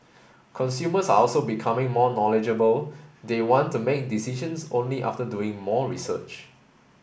consumers are also becoming more knowledgeable they want to make decisions only after doing more research